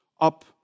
up